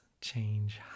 change